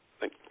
Thank